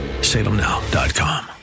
salemnow.com